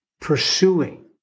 pursuing